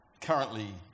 currently